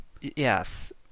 Yes